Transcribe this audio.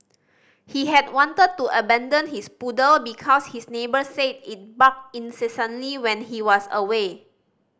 he had wanted to abandon his poodle because his neighbours said it barked incessantly when he was away